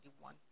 one